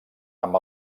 amb